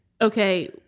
okay